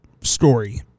story